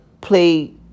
play